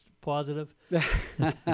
positive